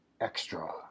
Extra